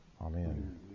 Amen